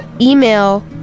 email